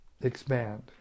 expand